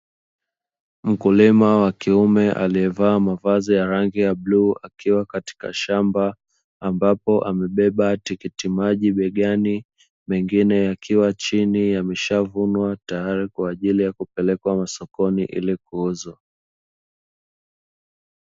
Mkulima wa kiume aliyevaa mavazi ya rangi ya bluu, akiwa katika shamba, ambapo amebeba tikiti maji begani, mengine yakiwa chini yameshavunwa, tayari kwa ajili ya kupelekwa masokoni ili kuuzwa.